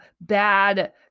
bad